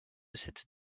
cette